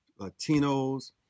Latinos